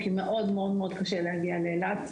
כי מאוד מאוד מאוד קשה להגיע לאילת.